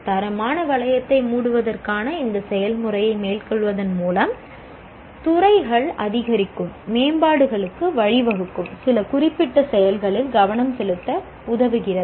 தரமான வளையத்தை மூடுவதற்கான இந்த செயல்முறையை மேற்கொள்வதன் மூலம் துறைகள் அதிகரிக்கும் மேம்பாடுகளுக்கு வழிவகுக்கும் சில குறிப்பிட்ட செயல்களில் கவனம் செலுத்த உதவுகிறது